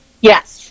Yes